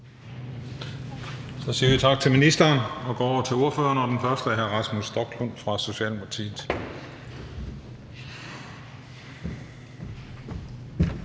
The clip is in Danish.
Så siger vi tak til ministeren og går over til ordførerne, og den første er hr. Rasmus Stoklund fra Socialdemokratiet.